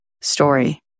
story